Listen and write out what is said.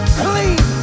clean